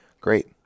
Great